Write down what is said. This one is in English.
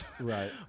Right